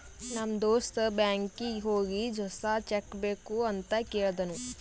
ನಮ್ ದೋಸ್ತ ಬ್ಯಾಂಕೀಗಿ ಹೋಗಿ ಹೊಸಾ ಚೆಕ್ ಬುಕ್ ಬೇಕ್ ಅಂತ್ ಕೇಳ್ದೂನು